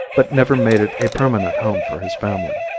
but never made it a permanent home for his family.